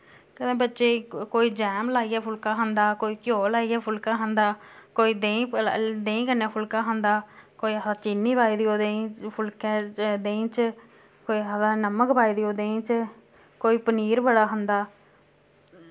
कदें बच्चे गी कोई जैम लाइयै फुल्का खंदा कोई घ्यो लाइयै फुल्का खंदा कोई देहीं प देहीं कन्नै फुल्का खंदा कोई आखदा चीनी पाई देओ देहीं फुल्के च देहीं च कोई आखदा नमक पाई देओ देहीं च कोई पनीर बड़ा खंदा